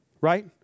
Right